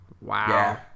Wow